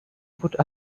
put